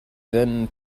then